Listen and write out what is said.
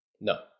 No